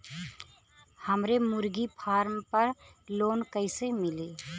हमरे मुर्गी फार्म पर लोन कइसे मिली?